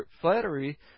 flattery